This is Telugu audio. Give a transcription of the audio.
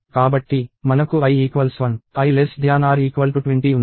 కాబట్టి మనకు i1 i 20 ఉంది